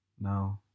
No